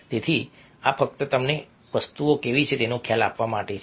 તેથી આ ફક્ત તમને વસ્તુઓ કેવી છે તેનો ખ્યાલ આપવા માટે છે